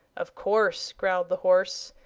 of course, growled the horse,